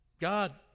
God